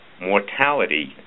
mortality